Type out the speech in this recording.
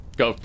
go